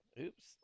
Oops